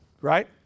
right